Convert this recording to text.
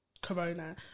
Corona